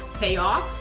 pay off,